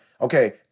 okay